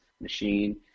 machine